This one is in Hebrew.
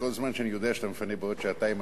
כל זמן שאני יודע שאתה מפנה בעוד שעתיים,